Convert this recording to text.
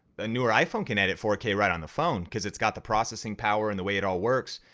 the newer iphone can edit four k right on the phone cause it's got the processing power and the way it all works.